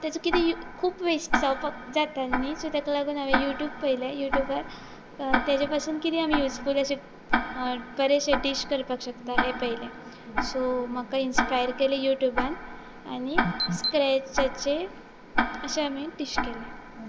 तें कितें खूब वेस्ट जावपाक जाता न्हय सो ताका लागून हांवें युट्यूब पळयलें युट्यूबार ताजे पासून कितें आमी यूजफूल अशें बरें डीश करपाक शकता हे पयलें सो म्हाका इन्स्पायर केलें यूट्यूबान आनी स्क्रेचाचें अशें हांवें डिश केलें